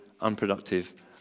unproductive